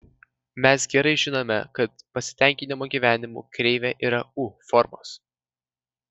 mes gerai žinome kad pasitenkinimo gyvenimu kreivė yra u formos